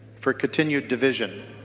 for continued division